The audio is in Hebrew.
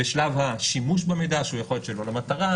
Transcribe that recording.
בשלב השימוש במידע שהוא יכול להיות שלא למטרה,